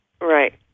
Right